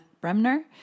Bremner